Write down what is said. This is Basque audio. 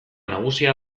nagusia